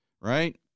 Right